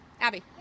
Abby